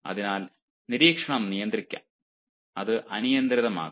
അതിനാൽ നിരീക്ഷണം നിയന്ത്രിക്കാം അത് അനിയന്ത്രിതമാക്കാം